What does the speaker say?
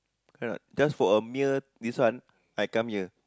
right not just for a meal this one I come here